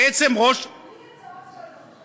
בעצם ראש, בלי הצעות שלום,